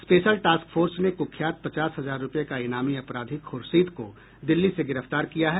special task force ने कुख्यात पचास हजार रूपये का इनामी अपराधी खुर्शीद को दिल्ली से गिरफ्तार किया है